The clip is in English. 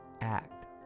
act